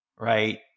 Right